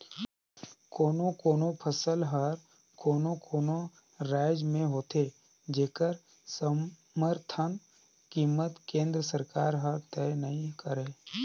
कोनो कोनो फसल हर कोनो कोनो रायज में होथे जेखर समरथन कीमत केंद्र सरकार हर तय नइ करय